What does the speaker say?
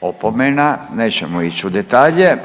Opomena nećemo ići u detalje.